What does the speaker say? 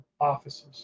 offices